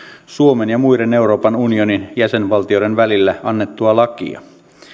suomen ja muiden euroopan unionin jäsenvaltioiden välillä annettua lakia